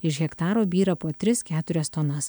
iš hektaro byra po tris keturias tonas